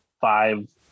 Five